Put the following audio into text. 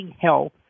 health